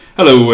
Hello